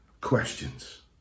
questions